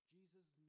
Jesus